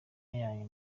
yanyu